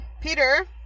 Peter